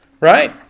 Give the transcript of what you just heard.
Right